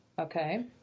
okay